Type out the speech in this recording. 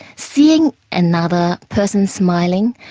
seeing another person smiling,